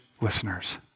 listeners